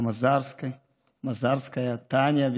טניה,